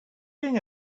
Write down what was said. doing